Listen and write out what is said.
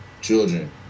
Children